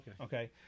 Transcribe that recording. Okay